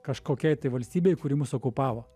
kažkokiai tai valstybei kuri mus okupavo